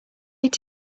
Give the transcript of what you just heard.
ate